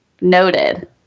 noted